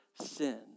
sin